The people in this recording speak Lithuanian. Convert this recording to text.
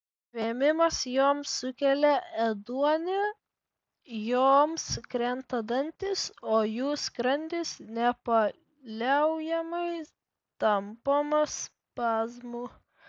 vėmimas joms sukelia ėduonį joms krenta dantys o jų skrandis nepaliaujamai tampomas spazmų